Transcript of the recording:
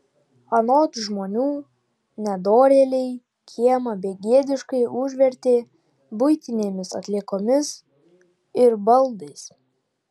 anot žmonių nedorėliai kiemą begėdiškai užvertė buitinėmis atliekomis ir baldais